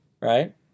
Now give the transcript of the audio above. Right